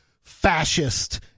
fascist